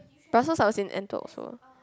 Brussels I was in Antwerp also